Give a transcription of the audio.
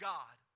God